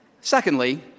Secondly